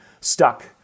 stuck